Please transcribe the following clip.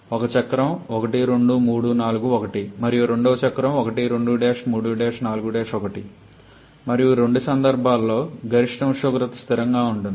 ఒక చక్రం ఇది 1 2 3 4 1 మరియు రెండవ చక్రం 1 2 3 4 1 మరియు రెండు సందర్భాలలో గరిష్ట ఉష్ణోగ్రత స్థిరంగా ఉంటుంది